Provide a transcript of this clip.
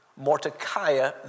Mordecai